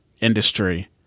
industry